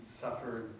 suffered